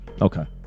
Okay